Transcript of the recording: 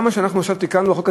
גם מה שאנחנו תיקנו עכשיו,